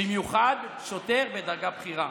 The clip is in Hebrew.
במיוחד שוטר בדרגה בכירה?